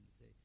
say